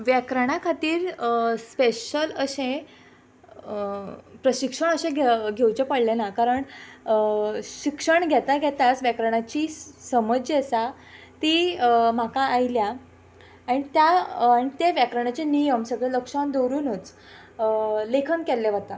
व्याकरणा खातीर स्पेशल अशें प्रशिक्षण अशें घेवपाक पडलें ना कारण शिक्षण घेता घेताच व्याकरणाची समज जी आसा ती म्हाका आयल्या आनी त्या ते व्याकरणाचे नियम सगले लक्षान दवरुनूच लेखन केल्लें वता